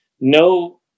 no